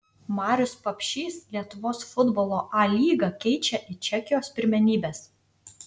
marius papšys lietuvos futbolo a lygą keičia į čekijos pirmenybes